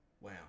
wow